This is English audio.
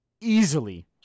easily